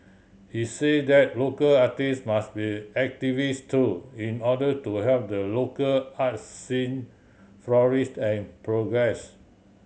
he say that local artist must be activist too in order to help the local art scene flourish and progress